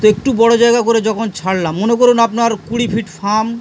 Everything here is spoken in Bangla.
তো একটু বড়ো জায়গা করে যখন ছাড়লাম মনে করুন আপনার কুড়ি ফিট ফার্ম